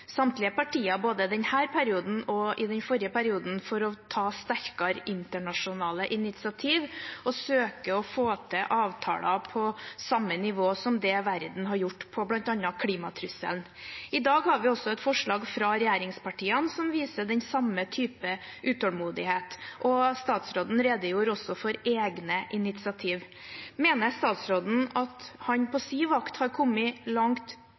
både i denne perioden og i den forrige, for å ta sterkere internasjonale initiativ og søke å få til avtaler på samme nivå som det verden har gjort for bl.a. klimatrusselen. I dag har vi også et forslag fra regjeringspartiene som viser den samme type utålmodighet, og statsråden redegjorde også for egne initiativ. Mener statsråden at han på sin vakt har kommet langt